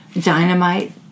dynamite